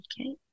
Okay